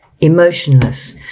emotionless